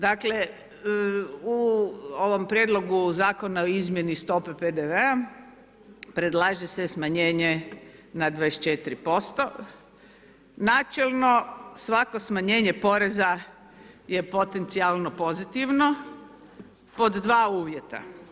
Dakle, u ovom Prijedlogu zakona o izmjeni stope PDV-a predlaže se smanjenje na 24% načelno svako smanjenje poreza je potencijalno pozitivno pod dva uvjeta.